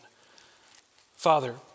Father